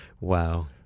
Wow